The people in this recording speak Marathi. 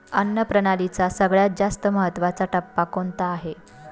अन्न प्रणालीचा सगळ्यात जास्त महत्वाचा टप्पा कोणता आहे?